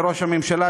לראש הממשלה,